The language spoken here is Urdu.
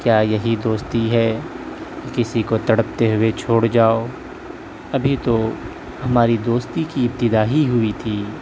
کیا یہی دوستی ہے کسی کو تڑپتے ہوئے چھوڑ جاؤ ابھی تو ہماری دوستی کی ابتدا ہی ہوئی تھی